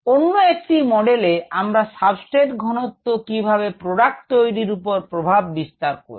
অন্য একটি মডেল এ আমরা সাবস্ট্রেট ঘনত্ব কিভাবে প্রোডাক্ট তৈরীর উপর প্রভাব বিস্তার করবে